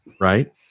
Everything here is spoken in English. right